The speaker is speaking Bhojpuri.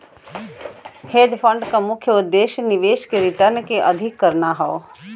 हेज फंड क मुख्य उद्देश्य निवेश के रिटर्न के अधिक करना हौ